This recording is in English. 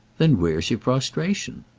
then where's your prostration?